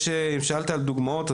אם שאלת על דוגמאות,